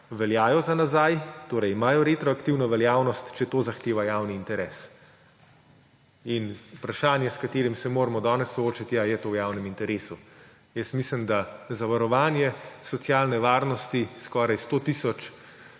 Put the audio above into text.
veljajo za nazaj, torej imajo retroaktivno veljavnost, če to zahteva javni interes. In vprašanje, s katerim se moramo danes soočiti, je, ali je to v javnem interesu. Mislim, da zavarovanje socialne varnosti skoraj 100 tisoč